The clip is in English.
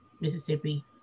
Mississippi